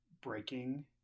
breaking